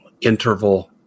interval